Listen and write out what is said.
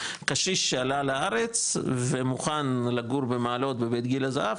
קשיש שעלה לארץ ומוכן לגור במעלות בבית גיל הזהב,